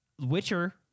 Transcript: Witcher